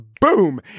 boom